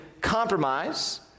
compromise